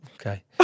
Okay